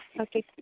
Okay